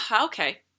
okay